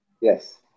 Yes